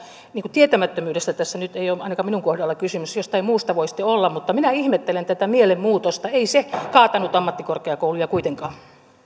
tietämättömyydestä tässä nyt ei ainakaan minun kohdallani ole kysymys jostain muusta voi sitten olla mutta minä ihmettelen tätä mielenmuutosta ei se kaatanut ammattikorkeakouluja kuitenkaan